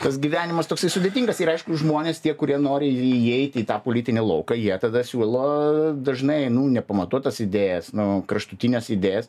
tas gyvenimas toksai sudėtingas ir aišku žmonės tie kurie nori įeiti į tą politinį lauką jie tada siūlo dažnai nū nepamatuotas idėjas nu kraštutines idėjas